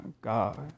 God